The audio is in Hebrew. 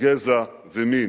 גזע ומין.